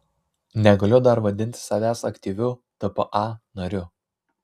negaliu dar vadinti savęs aktyviu tpa nariu